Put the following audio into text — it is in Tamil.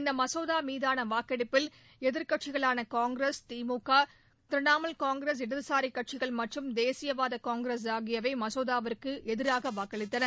இந்த மசோதா மீதான வாக்கெடுப்பில் எதிர்க்கட்சிகளான காங்கிரஸ் திமுக திரிணமூல் காங்கிரஸ் இடதுசாரி கட்சிகள் மற்றும் தேசியவாத காங்கிரஸ் ஆகியவை மசோதாவுக்கு எதிராக வாக்களித்தன